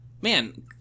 Man